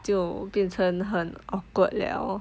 就变成很 awkward liao